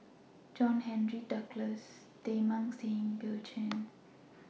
John Henry Duclos Teng Mah Seng and Bill Chen